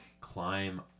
climb